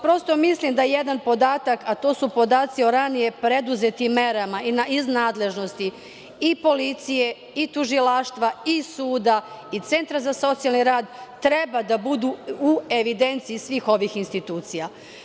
Prosto, mislim da jedan podatak, a to su podaci o ranije preduzetim merama iz nadležnosti i policije i tužilaštva i suda i centra za socijalni rad, treba da budu u evidenciji svih ovih institucija.